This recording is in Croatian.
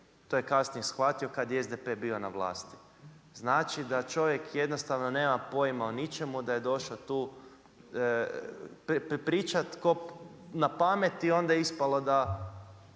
to je kasnije shvatio, kad je SDP bio na vlasti. Znači da čovjek jednostavno nema pojma o ničemu, da je došao tu prepričat napamet i onda je ispalo da